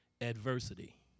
adversity